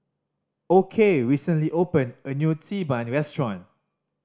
Okey recently opened a new Xi Ban restaurant